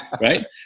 right